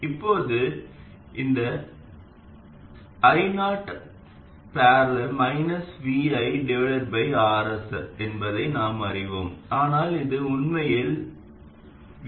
ஒரு நல்ல மின்னழுத்தம் கட்டுப்படுத்தப்பட்ட மின்னழுத்த மூலமானது மிகக் குறைந்த வெளியீட்டு எதிர்ப்பையும் மிக அதிக உள்ளீட்டு எதிர்ப்பையும் கொண்டிருக்க வேண்டும் இது நேர்மாறாக உள்ளது